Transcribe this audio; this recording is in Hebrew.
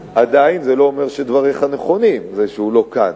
עדיין זה לא אומר שדבריך נכונים, זה שהוא לא כאן.